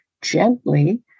gently